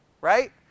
Right